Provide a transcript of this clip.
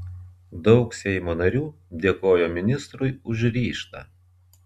daug seimo narių dėkojo ministrui už ryžtą